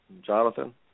Jonathan